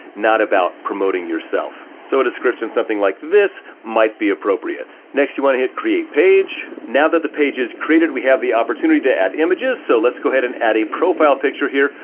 not about promoting promoting yourself. so a description something like this might be appropriate. next, you want to hit create page. now that the page is created, we have the opportunity to add images. so let's go ahead and add a profile picture here.